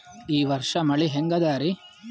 ಈ ವರ್ಷ ಮಳಿ ಹೆಂಗ ಅದಾರಿ?